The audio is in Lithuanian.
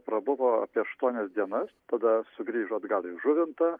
prabuvo apie aštuonias dienas tada sugrįžo atgal į žuvintą